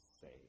say